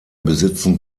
besitzen